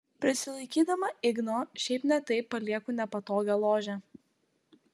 prisilaikydama igno šiaip ne taip palieku nepatogią ložę